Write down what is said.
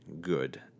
good